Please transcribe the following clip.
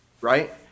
Right